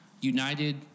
united